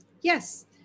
Yes